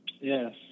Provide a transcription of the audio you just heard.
Yes